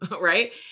Right